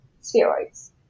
spheroids